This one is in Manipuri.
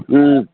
ꯎꯝ